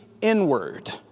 inward